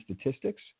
statistics